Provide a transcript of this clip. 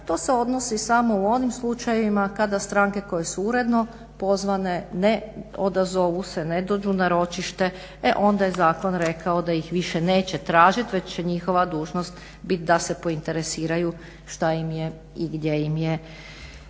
to se odnosi samo u onim slučajevima kada stranke koje su uredno pozvane ne odazovu se, ne dođu na ročište e onda je zakon rekao da ih više neće tražiti već će njihova dužnost biti da se interesiraju što im je i gdje im je